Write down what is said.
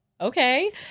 okay